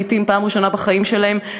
לעתים בפעם הראשונה בחיים שלהן.